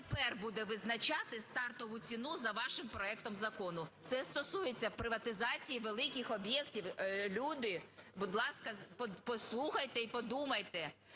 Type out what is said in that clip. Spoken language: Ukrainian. тепер буде визначати стартову ціну за вашим проектом закону? Це стосується приватизації великих об'єктів. Люди, будь ласка, послухайте і подумайте.